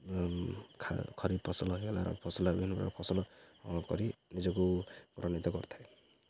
ଖରିପ ଫସଲ ହୋଇଗଲା ଫସଲ ବିଭିନ୍ନ ପ୍ରକାର ଫସଲ କରି ନିଜକୁ ପ୍ରଣିତ କରିଥାଏ